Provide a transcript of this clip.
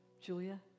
Julia